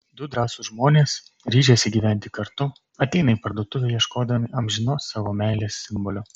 du drąsūs žmonės ryžęsi gyventi kartu ateina į parduotuvę ieškodami amžinos savo meilės simbolio